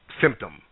symptom